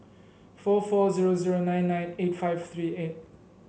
four four zero zero nine nine eight five three eight